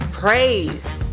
praise